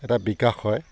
এটা বিকাশ হয়